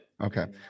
Okay